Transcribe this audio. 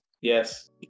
Yes